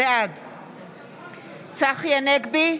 בעד צחי הנגבי,